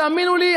תאמינו לי,